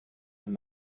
and